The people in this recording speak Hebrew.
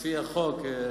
לפי החוק,